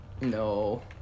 no